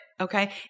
okay